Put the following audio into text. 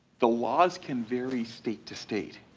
the laws can vary state to state,